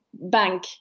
bank